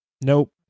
Nope